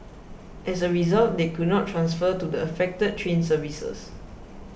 as a result they could not transfer to the affected train services